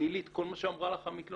תני לי את כל מה שאמרה לך המתלוננת,